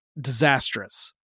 disastrous